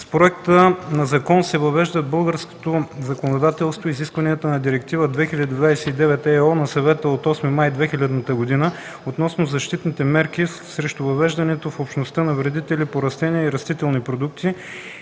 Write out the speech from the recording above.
С Проекта на закон се въвеждат в българското законодателство изискванията на Директива 2000/29/ЕО на Съвета от 8 май 2000 г. относно защитните мерки срещу въвеждането в Общността на вредители по растенията или растителните продукти